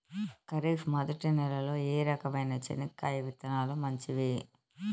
ఖరీఫ్ మొదటి నెల లో ఏ రకమైన చెనక్కాయ విత్తనాలు మంచివి